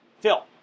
Phil